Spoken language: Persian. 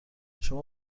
شما